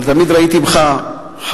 אבל תמיד ראיתי בך חבר,